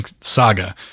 saga